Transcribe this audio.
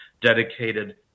dedicated